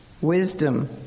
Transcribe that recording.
wisdom